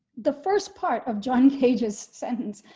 the first part of john cage's sentence.